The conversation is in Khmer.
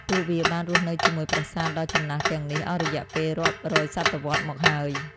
ពួកវាបានរស់នៅជាមួយប្រាសាទដ៏ចំណាស់ទាំងនេះអស់រយៈពេលរាប់រយសតវត្សរ៍មកហើយ។